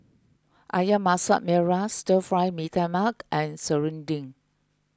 Ayam Masak Merah Stir Fry Mee Tai Mak and Serunding